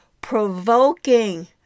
provoking